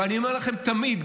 ואני אומר לכם תמיד,